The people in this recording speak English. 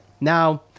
Now